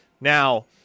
Now